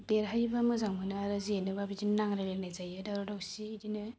देरहायोबा मोजां मोनो आरो जेनोबा बिदिनो नांलायनाय जायो दावराव दावसि बिदिनो